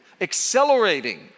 accelerating